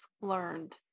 learned